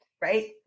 right